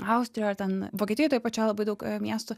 austrijoj ar ten vokietijoj toj pačioj labai daug miestų